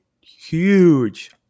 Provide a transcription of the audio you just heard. huge